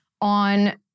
on